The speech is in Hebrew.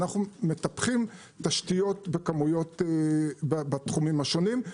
אנחנו מטפחים תשתיות בכמויות בתחומים השונים,